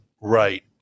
Right